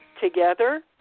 together